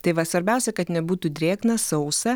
tai va svarbiausia kad nebūtų drėgna sausa